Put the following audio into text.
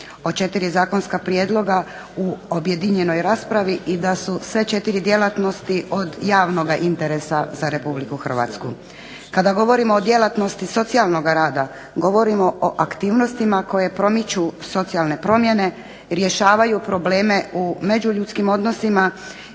o četiri zakonska prijedloga u objedinjenoj raspravi i da su sve četiri djelatnosti od javnoga interesa za Republiku Hrvatsku. Kada govorimo o djelatnosti socijalnog rada govorimo o aktivnostima koje promiču socijalne promjene, rješavaju probleme u međuljudskim odnosima